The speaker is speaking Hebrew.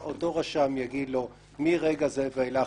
אותו רשם יגיד לו: מרגע זה ואילך,